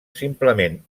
simplement